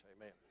Amen